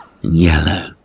yellow